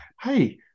hey